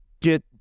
get